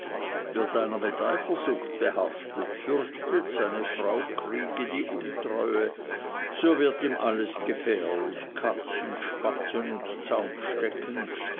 einer mit der eifersucht behaftet fürchtet seine frau kriege die untreue so wird ihm alles gefährlich katzen spatzen und